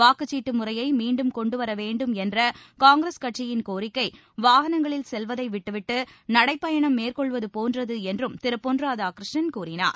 வாக்குச்சீட்டு முறையை மீண்டும் கொண்டுவர வேண்டும் என்ற காங்கிரஸ் கட்சியின் கோரிக்கை வாகனங்களில் செல்வதை விட்டுவிட்டு நடைப்பயணம் மேற்கொள்வது போன்றது என்றம் திரு பொன்ராதாகிருஷ்ணன் கூறினார்